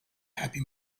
happy